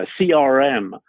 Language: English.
CRM